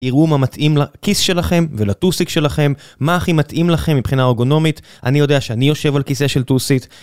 תראו מה מתאים לכיס שלכם ולטוסיק שלכם, מה הכי מתאים לכם מבחינה ארגונומית. אני יודע שאני יושב על כיסא של טוסיק.